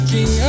King